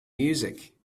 music